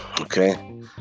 okay